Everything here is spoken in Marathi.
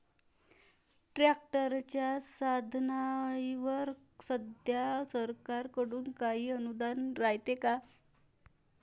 ट्रॅक्टरच्या साधनाईवर सध्या सरकार कडून काही अनुदान रायते का?